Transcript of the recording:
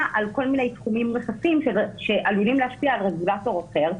על כל מיני תחומים שעלולים להשפיע על רגולטור אחר,